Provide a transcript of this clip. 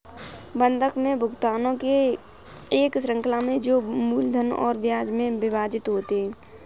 बंधक में भुगतानों की एक श्रृंखला में जो मूलधन और ब्याज में विभाजित होते है